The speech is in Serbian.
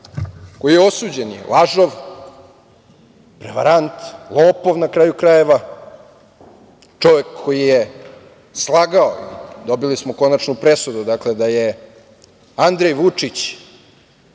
koji je osuđen, lažov, prevarant, lopov na kraju krajeva, čovek koji je slagao. Dobili smo konačnu presudu da je Andrej Vučić